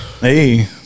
Hey